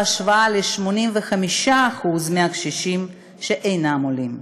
בהשוואה ל-85% מהקשישים שאינם עולים.